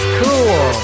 cool